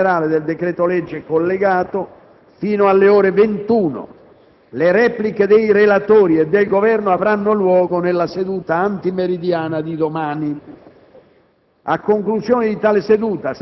Proseguirà quindi la discussione generale del decreto-legge collegato fino alle ore 21. Le repliche dei relatori e del Governo avranno luogo nella seduta antimeridiana di domani.